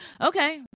Okay